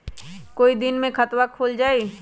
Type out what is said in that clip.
कई दिन मे खतबा चालु हो जाई?